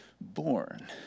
born